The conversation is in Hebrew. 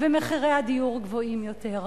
ומחירי הדיור גבוהים יותר.